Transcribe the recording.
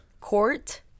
court